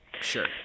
Sure